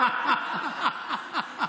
העניבה שלו